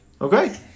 Okay